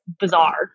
bizarre